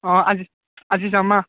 অ' আজি আজি যাম আহ